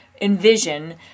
envision